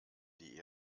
die